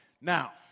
Now